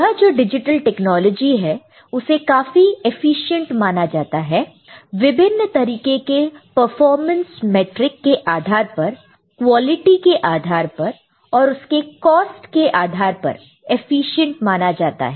यह जो digital technology है उसे काफी एफिशिएंट माना जाता है विभिन्न तरीके के परफॉर्मेंस मैट्रिक के आधार पर क्वालिटी के आधार पर और उसकी कॉस्ट के आधार पर एफिशिएंट माना जाता है